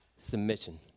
Submission